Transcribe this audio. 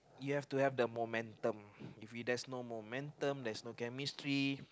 you have to have the momentum if we there's no momentum there's no chemistry